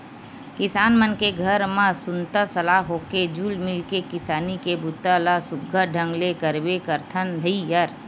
किसान मन के घर म सुनता सलाह होके जुल मिल के किसानी के बूता ल सुग्घर ढंग ले करबे करथन भईर